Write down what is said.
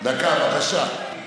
דקה, בבקשה.